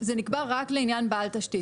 זה נקבע רק לעניין בעל תשתית.